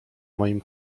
moim